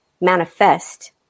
manifest